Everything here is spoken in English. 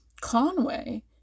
Conway